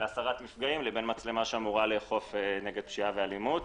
להסרת מפגעים בין מצלמה שאמורה לאכוף נגד פשיעה ואלימות.